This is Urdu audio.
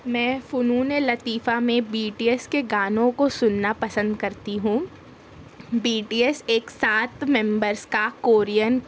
میں فنونِ لطیفہ میں بی ٹی ایس کے گانوں کو سُننا پسند کرتی ہوں بی ٹی ایس ایک سات ممبرز کا کورین